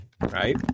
right